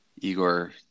Igor